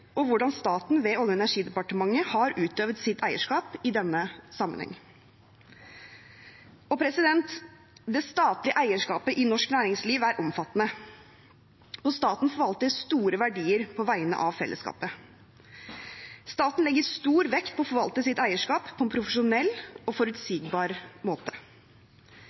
og hvordan staten, ved Olje- og energidepartementet, har utøvd sitt eierskap i denne sammenhengen. Det statlige eierskapet i norsk næringsliv er omfattende. Staten forvalter store verdier på vegne av fellesskapet. Staten legger stor vekt på å forvalte sitt eierskap på en profesjonell og forutsigbar måte.